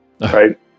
right